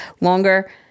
longer